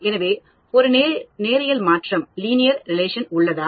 எனவே ஒரு நேரியல் உறவு உள்ளதா